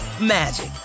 magic